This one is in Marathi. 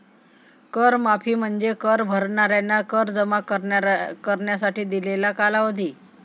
कर माफी म्हणजे कर भरणाऱ्यांना कर जमा करण्यासाठी दिलेला कालावधी